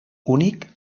únic